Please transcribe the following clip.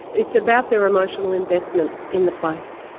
it's about their emotional investment in the place.